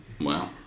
Wow